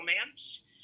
Romance